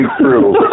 True